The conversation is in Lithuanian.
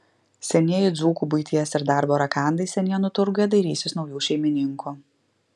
senieji dzūkų buities ir darbo rakandai senienų turguje dairysis naujų šeimininkų